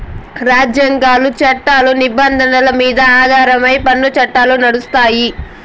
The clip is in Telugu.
రాజ్యాంగాలు, చట్టాల నిబంధనల మీద ఆధారమై పన్ను చట్టాలు నడుస్తాయి